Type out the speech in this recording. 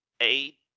eight